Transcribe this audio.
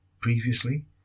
previously